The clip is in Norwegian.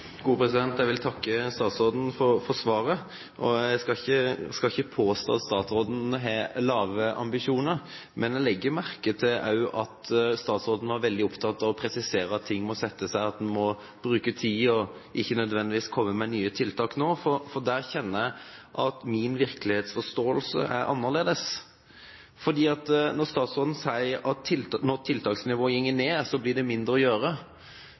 lave ambisjoner, men jeg legger merke til at statsråden var veldig opptatt av å presisere at ting må sette seg, at en må bruke tid og ikke nødvendigvis komme med nye tiltak nå. Der kjenner jeg at min virkelighetsforståelse er annerledes. Statsråden sier at når tiltaksnivået går ned, blir det mindre å gjøre.